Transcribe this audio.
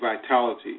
vitality